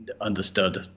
understood